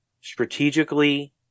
strategically